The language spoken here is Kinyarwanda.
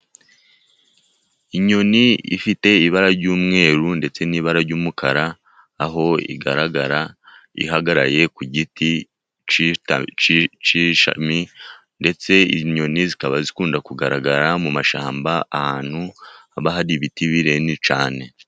Inyoni ifite ibara ry'umweru ndetse n'ibara ry'umukara, aho igaragara ihagaraye ku giti cy' ishami ndetse inyoni zikaba zikunda kugaragara mu mashyamba, ahantu haba hari ibiti binini cyane.